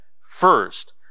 first